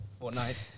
Fortnite